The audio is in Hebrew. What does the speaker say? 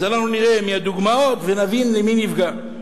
אז אנחנו נראה מהדוגמאות ונבין מי נפגע.